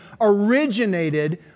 originated